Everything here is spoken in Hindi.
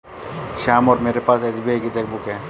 श्याम और मेरे पास एस.बी.आई की चैक बुक है